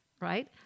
right